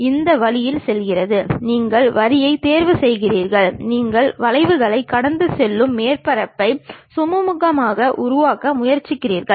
ஒருவேளை a' b' c' d' என்று இருந்தால் அது முன்பக்க தோற்றத்தையும் இரண்டு மேற்கோள்களோடு இருந்தால் அது பக்கவாட்டு தோற்றத்தையும் குறிக்கிறது